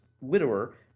widower